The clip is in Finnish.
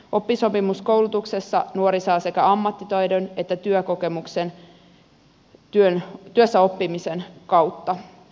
oppisopimuskoulutuksessa nuori saa sekä ammattitaidon että työkokemuksen työssäoppimisen kautta